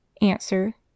Answer